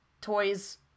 toys